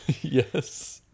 yes